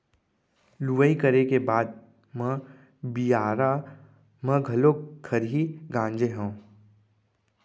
लुवई करे के बाद म बियारा म लाके खरही गांजे हँव